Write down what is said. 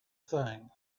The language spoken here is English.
thing